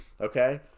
okay